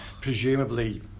presumably